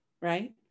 right